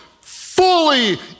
fully